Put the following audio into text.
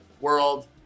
World